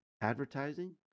advertising